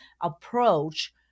approach